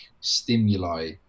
stimuli